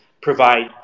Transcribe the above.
provide